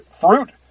fruit